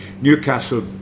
Newcastle